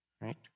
right